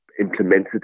implemented